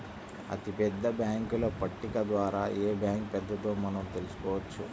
అతిపెద్ద బ్యేంకుల పట్టిక ద్వారా ఏ బ్యాంక్ పెద్దదో మనం తెలుసుకోవచ్చు